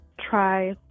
try